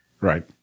Right